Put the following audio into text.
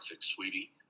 sweetie